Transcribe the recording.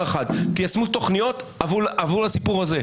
אחד: תיישמו תוכניות עבור הסיפור הזה.